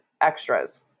extras